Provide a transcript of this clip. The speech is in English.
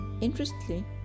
Interestingly